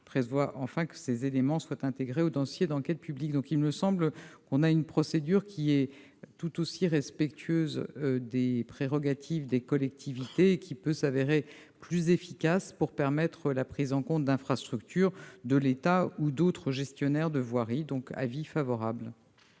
Il prévoit enfin que ces éléments soient intégrés au dossier d'enquête publique. La procédure est donc tout aussi respectueuse des prérogatives des collectivités et peut se révéler plus efficace pour permettre la prise en compte d'infrastructures de l'État ou d'autres gestionnaires de voiries. C'est pourquoi le